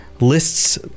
lists